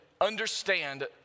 understand